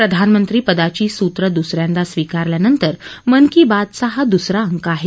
प्रधानमंत्री पदाची सूत्रं दूस यांदा स्वीकारल्यानंतर मन की बात चा हा दूसरा अंक आहे